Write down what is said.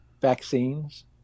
vaccines